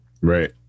Right